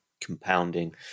compounding